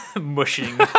mushing